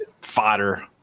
fodder